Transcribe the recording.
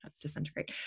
disintegrate